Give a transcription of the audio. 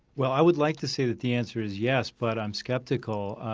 well i would like to say that the answer is yes, but i'm skeptical.